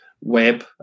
web